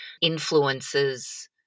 influences